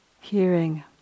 hearing